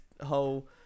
whole